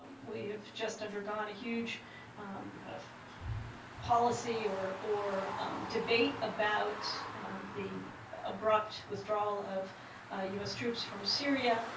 we have just undergone a huge kind of policy or or debate about the abrupt withdrawal of u s. troops from syria,